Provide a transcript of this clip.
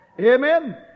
Amen